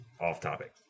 off-topic